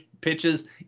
pitches